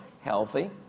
healthy